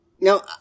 Now